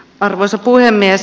arvoisa puhemies